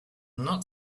not